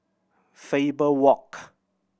Faber Walk